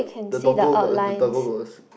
the doggo got the doggo got